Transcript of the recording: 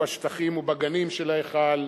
ובשטחים ובגנים של ההיכל,